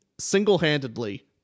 single-handedly